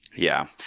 yeah.